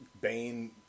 Bane